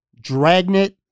Dragnet